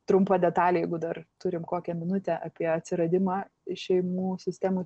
trumpa detalė jeigu dar turim kokią minutę apie atsiradimą šeimų sistemų